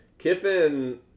Kiffin